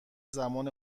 زمان